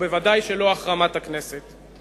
ובוודאי שלא החרמת הכנסת.